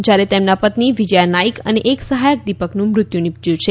જ્યારે તેમના પત્ની વિજયા નાઇક અને એક સહાયક દીપકનું મૃત્યુ નિપશ્યું છે